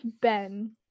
ben